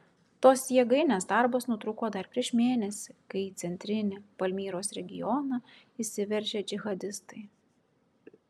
tos jėgainės darbas nutrūko dar prieš mėnesį kai į centrinį palmyros regioną įsiveržė džihadistai